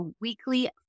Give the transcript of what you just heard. weekly